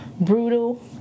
brutal